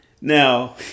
Now